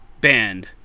Band